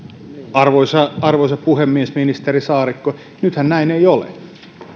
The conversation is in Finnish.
arvoisa puhemies ministeri saarikko nythän näin ei ole